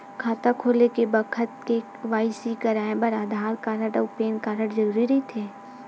खाता खोले के बखत के.वाइ.सी कराये बर आधार कार्ड अउ पैन कार्ड जरुरी रहिथे